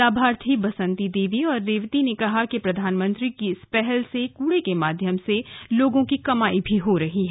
लाभार्थी बंसती देवी और रेवती ने कहा कि प्रधानमंत्री की इस पहल से कूड़े के माध्यम से लोगों की कमाई हो रही है